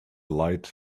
lights